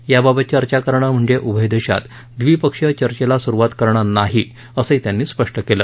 याबाबत चर्चा करणं म्हणजे उभय देशात द्विपक्षीय चर्चेला स्रुवात करणं नाही असंही त्यांनी स्पष्ट केलं